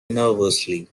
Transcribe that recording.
nervously